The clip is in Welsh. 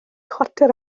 chwarter